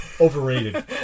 Overrated